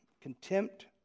contempt